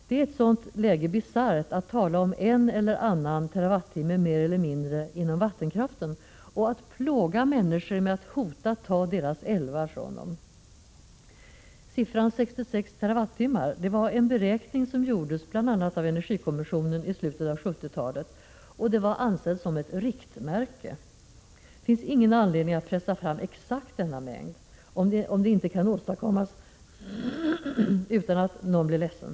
Det är i ett sådant läge bisarrt att tala om en eller annan terawattimme mer eller mindre inom vattenkraften och plåga människor med att hota att ta deras älvar från dem. Riktvärdet 66 TWh ansågs vara ett riktmärke enligt en beräkning som gjordes av energikommissionen i slutet av 1970-talet. Det finns ingen anledning att pressa fram exakt denna mängd, om det inte kan åstadkommas utan att någon blir ledsen.